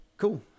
cool